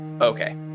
Okay